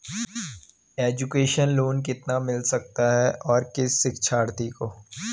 Education loan कितना मिल सकता है और किस शिक्षार्थी को?